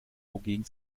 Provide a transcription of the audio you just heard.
wogegen